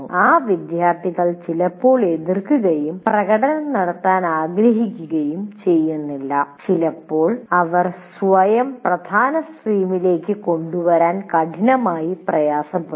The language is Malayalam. ആ വിദ്യാർത്ഥികൾ ചിലപ്പോൾ എതിർക്കുകയും പ്രകടനം നടത്താൻ ആഗ്രഹിക്കുകയും ചെയ്യുന്നില്ല ചിലപ്പോൾ അവർ സ്വയം പ്രധാന സ്ട്രീമിലേക്ക് കൊണ്ടുവരാൻ കഠിനമായി പ്രയാസപ്പെടുന്നു